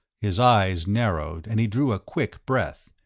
his eyes narrowed and he drew a quick breath,